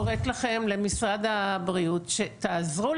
חולים, משרד הבריאות משית על "הדסה"